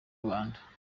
rubanda